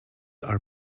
are